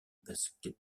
basket